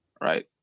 Right